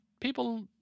people